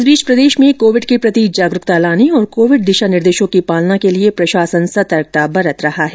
इस बीच प्रदेश में कोविड के प्रति जागरूकता लाने और कोविड दिशा निर्देशों की पालना के लिए प्रशासन सतर्कता बरत रहा है